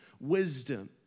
Wisdom